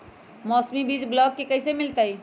मौसमी बीज ब्लॉक से कैसे मिलताई?